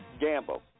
gamble